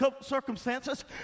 circumstances